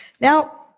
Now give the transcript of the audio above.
Now